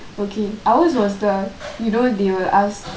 okay ours was the you know they will ask